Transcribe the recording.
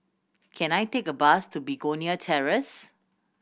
can I take a bus to Begonia Terrace